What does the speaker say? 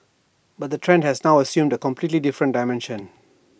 but the trend has now assumed A completely different dimension